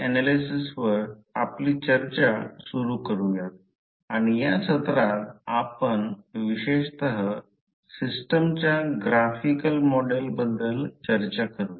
पहिली गोष्ट अशी आहे की मॅग्नेटिक सर्किटमध्ये गोष्टी अगदी सोप्या दिसतील फक्त एक किंवा दोन गोष्टी समजून घ्याव्या लागतील